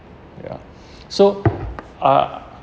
yeah so uh